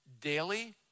daily